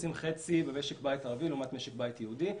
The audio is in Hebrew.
מכניסים חצי במשק בית ערבי לעומת משק בית יהודי.